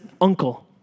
uncle